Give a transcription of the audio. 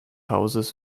hauses